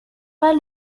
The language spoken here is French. pas